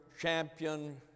champion